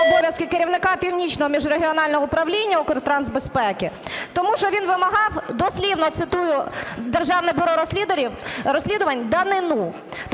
обов'язків керівника Північного міжрегіонального управління Укртрансбезпеки, тому що він вимагав, дослівно цитую Державне бюро розслідувань, "данину".